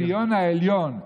האלפיון העליון,